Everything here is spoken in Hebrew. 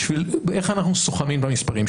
איך אנחנו סוכמים את המספרים?